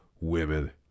women